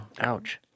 Ouch